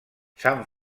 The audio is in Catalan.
s’han